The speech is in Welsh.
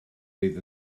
fydd